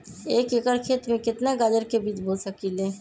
एक एकर खेत में केतना गाजर के बीज बो सकीं ले?